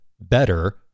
better